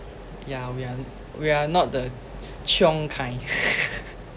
yeah we are we are not the chiong kind